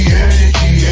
energy